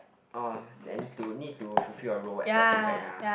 uh then to need to fulfill our role as prefect ah